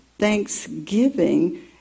thanksgiving